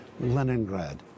Leningrad